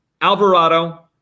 Alvarado